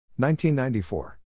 1994